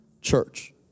Church